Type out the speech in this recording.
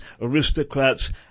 aristocrats